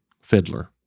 fiddler